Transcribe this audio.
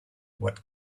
what